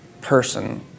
person